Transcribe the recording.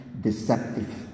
deceptive